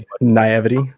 Naivety